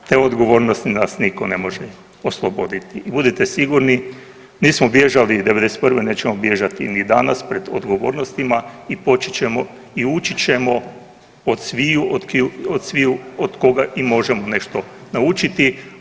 Te odgovornosti nas nitko ne može oslobodite i budite sigurni nismo bježali 91., nećemo bježati ni danas pred odgovornostima i počet ćemo i učit ćemo od sviju od koga i možemo nešto naučiti.